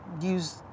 use